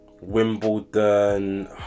Wimbledon